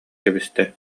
кэбистэ